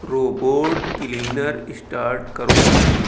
robot cleaner start کرو